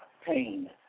pain